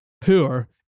poor